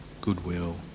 goodwill